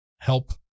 help